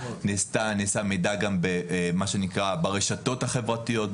נעשה מידע גם ברשתות החברתיות,